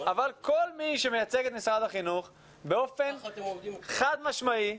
אבל כל מי שמייצג את משרד החינוך באופן חד משמעי,